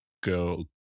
go